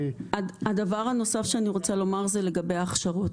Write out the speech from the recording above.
הדבר הנוסף שאני רוצה לומר הוא לגבי ההכשרות.